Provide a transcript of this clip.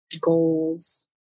goals